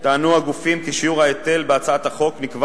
טענו הגופים כי שיעור ההיטל בהצעת החוק נקבע